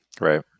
Right